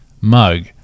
mug